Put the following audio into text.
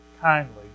kindly